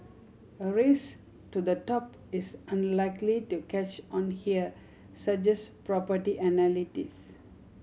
a race to the top is unlikely to catch on here suggest property analysts